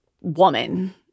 woman